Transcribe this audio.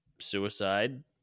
suicide